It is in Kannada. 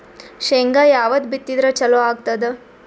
ಶೇಂಗಾ ಯಾವದ್ ಬಿತ್ತಿದರ ಚಲೋ ಆಗತದ?